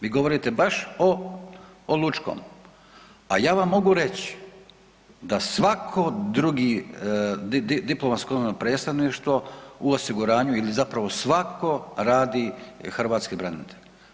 Vi govorite baš o, o Lučkom, a ja vam mogu reći da svako drugi, diplomatsko … [[Govornik se ne razumije]] predstavništvo u osiguranju ili zapravo svatko radi hrvatski branitelj.